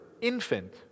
infant